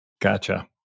Gotcha